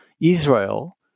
Israel